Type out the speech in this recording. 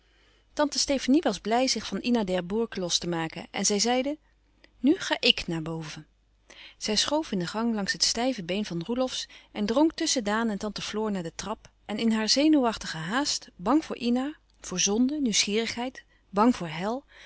tante stefanie was blij zich van ina d'herbourg los te maken en zij zeide nu ga ik maar naar boven zij schoof in de gang langs het stijve been van roelofsz en drong tusschen daan en tante floor naar de trap en in haar zenuwachtige haast bang voor ina voor zonde nieuwsgierigheid bang voor hel